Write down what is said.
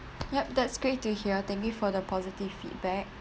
yup that's great to hear thank you for the positive feedback